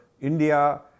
India